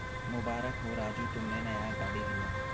मुबारक हो राजू तुमने नया गाड़ी लिया